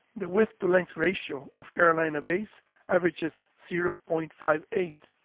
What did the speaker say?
the width-to-length ratio of carolina bays averages zero point five eight,